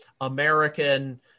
American